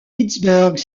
pittsburgh